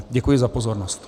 Děkuji za pozornost.